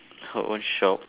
her own shop